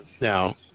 now